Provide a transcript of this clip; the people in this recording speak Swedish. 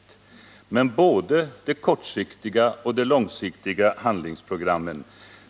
Men regeringen är beredd att sätta till alla krafter för att få till stånd både de kortsiktiga och de långsiktiga handlingsprogrammen,